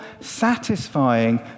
satisfying